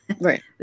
Right